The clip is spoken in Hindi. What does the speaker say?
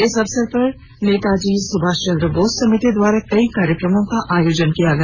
इस अवसर पर नेताजी सुभाष चन्द्र बोस समिति द्वारा कई कार्यक्रमों का भी आयोजन किया गया